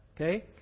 okay